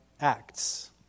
acts